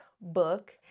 book